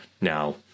Now